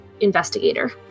investigator